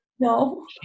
No